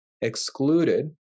excluded